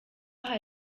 hari